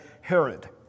Herod